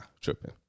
tripping